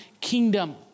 kingdom